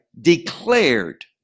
declared